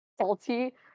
salty